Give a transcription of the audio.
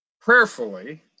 prayerfully